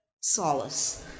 solace